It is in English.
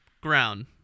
ground